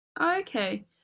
Okay